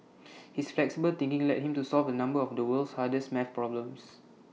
his flexible thinking led him to solve A number of the world's hardest math problems